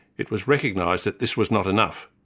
it was recognised that this was not enough.